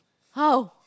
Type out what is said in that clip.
how